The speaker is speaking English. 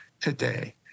today